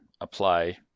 apply